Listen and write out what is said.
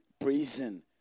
prison